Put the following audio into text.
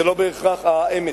זה לא בהכרח האמת.